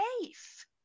safe